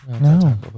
No